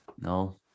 No